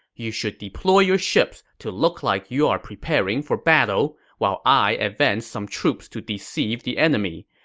you should deploy your ships to look like you are preparing for battle, while i advance some troops to deceive the enemy.